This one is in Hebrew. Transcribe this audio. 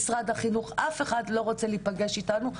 עם משרד החינוך ואף אחד לא רוצה להיפגש איתנו.